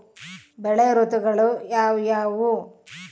ಬೆಳೆ ಋತುಗಳು ಯಾವ್ಯಾವು?